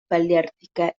paleártica